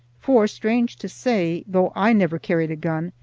for, strange to say, though i never carried a gun,